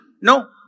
no